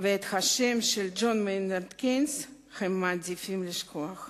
ואת השם ג'ון מיינרד קיינס הם מעדיפים לשכוח.